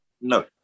no